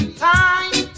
time